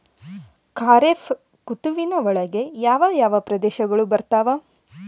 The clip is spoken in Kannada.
ಖಾರೇಫ್ ಋತುವಿನ ಒಳಗೆ ಯಾವ ಯಾವ ಪ್ರದೇಶಗಳು ಬರ್ತಾವ?